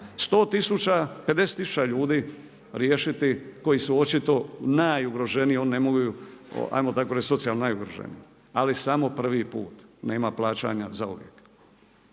tisuća ljudi riješiti koji su očito najugroženiji, ajmo tako reći socijalno najugroženiji. Ali samo prvi put, nema plaćanja zauvijek.